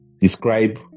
Describe